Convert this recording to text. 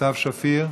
סתיו שפיר,